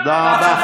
תודה רבה.